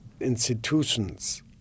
institutions